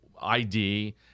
ID